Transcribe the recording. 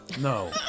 No